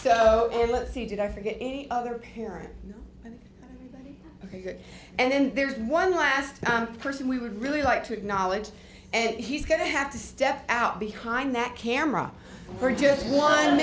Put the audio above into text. you see did i forget any other parent ok and there's one last person we would really like to acknowledge and he's going to have to step out behind that camera for just one